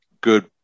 good